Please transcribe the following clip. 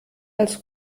als